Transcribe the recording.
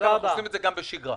עושים זאת גם בשגרה.